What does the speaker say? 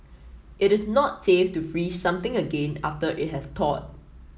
it is not safe to freeze something again after it has thawed